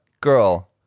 girl